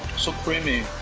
so creamy.